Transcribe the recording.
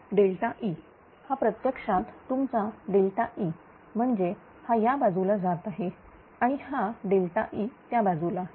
हा E हा प्रत्यक्षात हा तुमचा E म्हणजे हा या बाजूला जात आहे आणि हा E त्या बाजूला